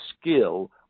skill